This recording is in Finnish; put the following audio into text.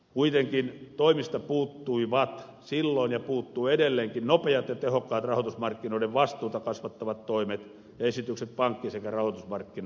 kuitenkin toimista puuttuivat silloin ja puuttuvat edelleenkin nopeat ja tehokkaat rahoitusmarkkinoiden vastuuta kasvattavat toimet ja esitykset pankki sekä rahoitusmarkkinaverosta